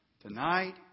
Tonight